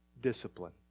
discipline